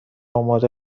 آماده